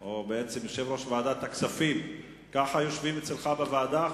יושב-ראש ועדת הכספים, כך יושבים אצלך בוועדה?